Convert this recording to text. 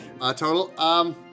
total